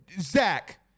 Zach